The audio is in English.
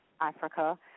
Africa